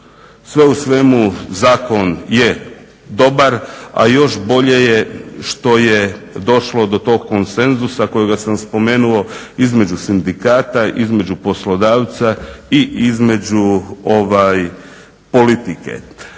Sve u svemu zakon je dobar a i još bolje je što je došlo do tog konsenzusa kojega sam spomenuo između sindikata, između poslodavca i između politike.